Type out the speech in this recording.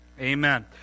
Amen